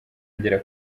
ngera